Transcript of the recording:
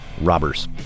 robbers